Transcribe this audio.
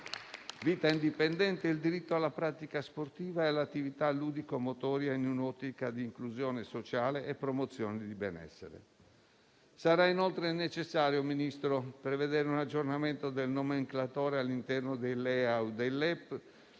vita indipendente, il diritto alla pratica sportiva e all'attività ludico-motoria in un'ottica di inclusione sociale e promozione di benessere. Sarà inoltre necessario, Ministro, prevedere un aggiornamento del nomenclatore all'interno dei livelli